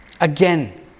Again